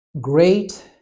great